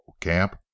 camp